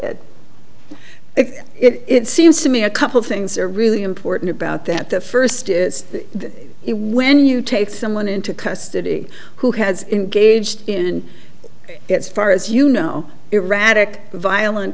think it seems to me a couple of things are really important about that the first is when you take someone into custody who has engaged in it's far as you know erratic violent